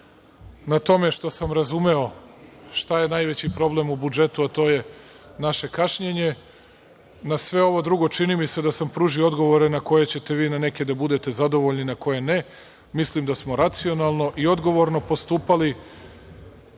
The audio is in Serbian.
na tome što sam razumeo šta je najveći problem u budžetu, a to je naše kašnjenje. Na sve ovo drugo, čini mi se da sam pružio odgovore na koje ćete vi na neke da budete zadovoljni, na neke ne. Mislim da smo racionalno i odgovorno postupali. Još